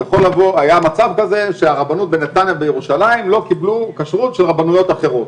היה מצב כזה שהרבנות בנתניה ובירושלים לא קיבלו כשרות של רבנויות אחרות.